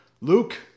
Luke